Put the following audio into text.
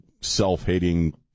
self-hating